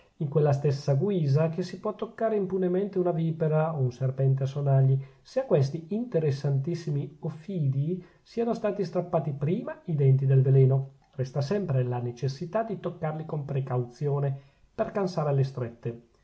in quella stessa guisa che si può toccare impunemente una vipera o un serpente a sonagli se a questi interessantissimi ofidii siano stati strappati prima i denti del veleno resta sempre la necessità di toccarli con precauzione per cansare le strette